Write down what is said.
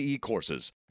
courses